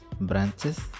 branches